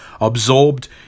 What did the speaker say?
Absorbed